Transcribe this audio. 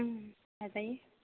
जाजायो